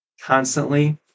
constantly